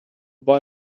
boy